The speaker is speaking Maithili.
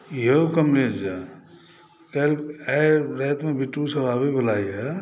यौ कमलेश झा आइ रातिमे बिट्टूसभ आबयवला यए